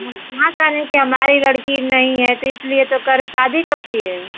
हम कहाँ कहे रहें कि हमारी लड़की नहीं है तो इसलिए तो कह रहें शादी कब की है